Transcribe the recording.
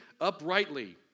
uprightly